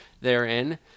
therein